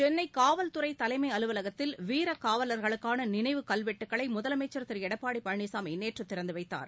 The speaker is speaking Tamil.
சென்னை காவல்துறை தலைமை அலுவலகத்தில் வீர காவலர்களுக்கான நினைவு கல்வெட்டுகளை முதலமைச்சர் திரு எடப்பாடி பழனிசாமி நேற்று திறந்து வைத்தார்